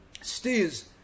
steers